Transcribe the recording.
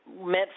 meant